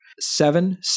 seven